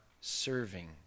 serving